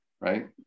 right